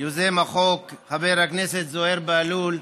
יוזם החוק חבר הכנסת זוהיר בהלול,